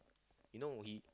you know he